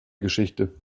geschichte